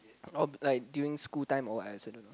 oh like during school time or what et cetera